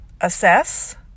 assess